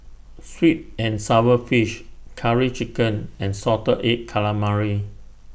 Sweet and Sour Fish Curry Chicken and Salted Egg Calamari